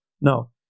No